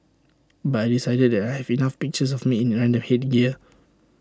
but I decided that I have enough pictures of me in random headgear